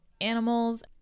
animals